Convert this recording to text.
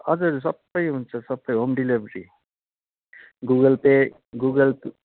हजुर सबै हुन्छ सबै home delivery Google Pay Google